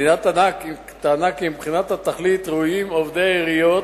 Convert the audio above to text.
"המדינה טענה כי מבחינת התכלית ראויים עובדי העיריות